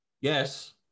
Yes